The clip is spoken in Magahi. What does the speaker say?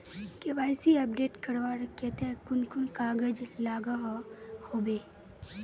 के.वाई.सी अपडेट करवार केते कुन कुन कागज लागोहो होबे?